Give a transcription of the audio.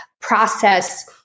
process